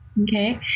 okay